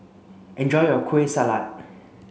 enjoy your Kueh Salat